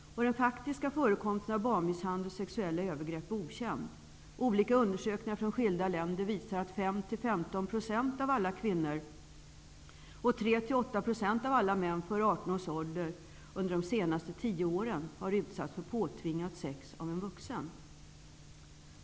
Den faktiska förekomsten av barnmisshandel och sexuella övergrepp är okänd. Olika undersökningar från skilda länder visar att, under de senaste åren, 5--15 % av alla kvinnor och 3--8 % av alla män före 18 års ålder har utsatts för påtvingat sex av en vuxen.